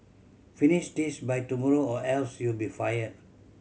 finish this by tomorrow or else you'll be fired